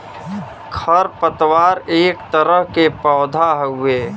खर पतवार एक तरह के पौधा हउवे